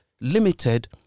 limited